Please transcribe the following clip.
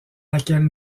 laquelle